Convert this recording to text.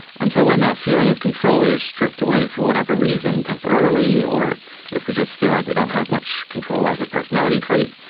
and so when that feeling of control is stripped away for whatever reason temporarily or if we just feel like we don't have much control as a personality trait,